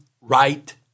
right